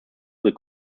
will